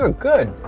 ah good!